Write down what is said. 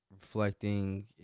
reflecting